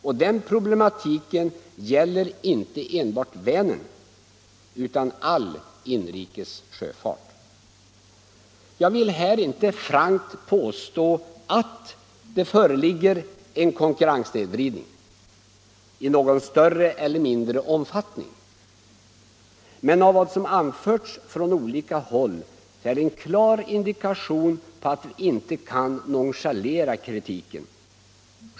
Och den problematiken gäller inte enbart Vänern utan all inrikes sjöfart. Jag vill här inte frankt påstå att det föreligger en konkurrenssnedvridning i någon större eller mindre omfattning. Men det som anförts från olika håll är en klar indikation på att vi inte kan nonchalera kritiken.